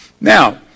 Now